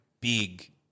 big